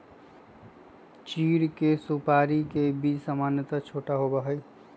चीड़ के सुपाड़ी के बीज सामन्यतः छोटा होबा हई